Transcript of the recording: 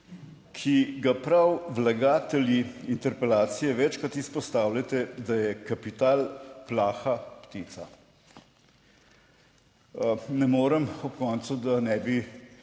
ki ga prav vlagatelji interpelacije večkrat izpostavljate, da je kapital plaha ptica. Ne morem ob koncu, da ne bi